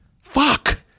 Fuck